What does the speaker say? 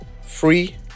free